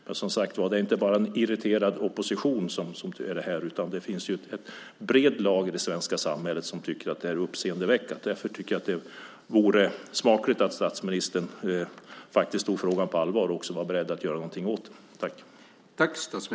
Men, som sagt - det är inte bara en irriterad opposition som säger det här utan det finns breda lager i det svenska samhället som tycker att detta är uppseendeväckande. Därför tycker jag att det vore smakligt om statsministern tog frågan på allvar och även var beredd att göra någonting åt den.